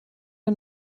der